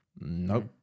nope